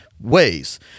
Ways